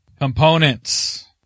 components